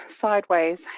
sideways